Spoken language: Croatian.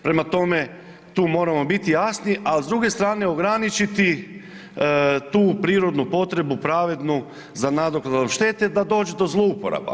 Prema tome, tu moramo biti jasni, a s druge strane ograničiti tu prirodnu potrebu pravednu za nadoknadu štete da dođe do zlouporaba.